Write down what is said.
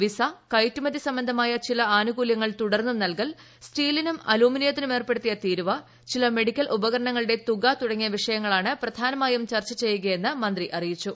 visa കയറ്റുമതി സംബന്ധമായ ച്ചില ആനുകൂലൃങ്ങൾ തുടർന്നും നൽകൽ സ്റ്റീലിനും അലുമിന്നിയ്ത്തീനുമേർപ്പെടുത്തിയ തീരുവ ചില മെഡിക്കൽ ഉപകരണങ്ങളൂടെ തുക തുടങ്ങിയ വിഷയങ്ങളാണ് പ്രധാനമായും ചർച്ച ചെയ്യുക്യെന്ന് മന്ത്രി അറിയിച്ചു